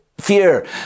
fear